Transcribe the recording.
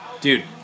Dude